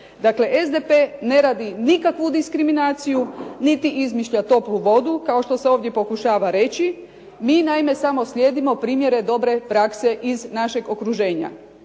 dakle SDP ne radi nikakvu diskriminaciju niti izmišlja toplu vodu kao što se ovdje pokušava reći. Mi naime samo slijedimo primjere dobre prakse iz našeg okruženja.